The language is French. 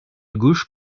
gauche